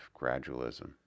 gradualism